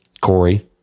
Corey